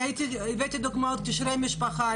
הבאתי דוגמאות של קשרי משפחה,